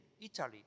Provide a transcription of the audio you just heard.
Italy